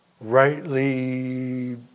rightly